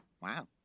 Wow